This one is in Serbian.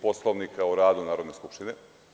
Poslovnika o radu Narodne skupštine.